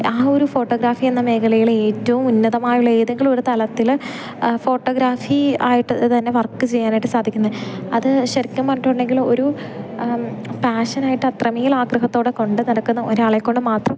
ആ ഒരു ഫോട്ടോഗ്രാഫി എന്ന മേഖലയിൽ ഏറ്റവും ഉന്നതമായുള്ള ഏതെങ്കിലും ഒരു തലത്തിൽ ഫോട്ടോഗ്രാഫി ആയിട്ടു തന്നെ വർക്ക് ചെയ്യാനായിട്ട് സാധിക്കുന്നത് അത് ശരിക്കും പറഞ്ഞിട്ടുണ്ടെങ്കിൽ ഒരു പാഷനായിട്ടത്ര മേലാഗ്രഹത്തോടെ കൊണ്ട് നടക്കുന്ന ഒരാളെക്കൊണ്ട് മാത്രം